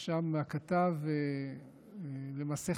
ששם הכתב חשף